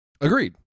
Agreed